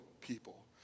people